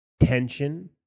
Tension